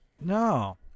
no